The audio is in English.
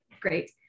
Great